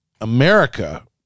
America